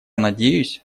надеюсь